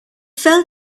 fell